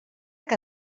que